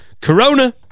Corona